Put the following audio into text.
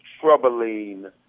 troubling